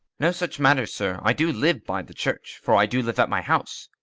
no such matter, sir i do live by the church for i do live at my house,